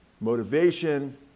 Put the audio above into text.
Motivation